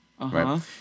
right